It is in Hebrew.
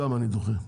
גם אני דוחה.